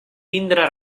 tindre